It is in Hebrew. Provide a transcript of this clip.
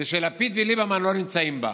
זה שלפיד וליברמן לא נמצאים בה.